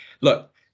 look